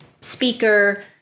speaker